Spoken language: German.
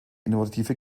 innovative